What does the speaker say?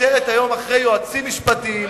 מסתתרת היום מאחורי יועצים משפטיים,